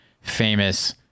famous